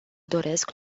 doresc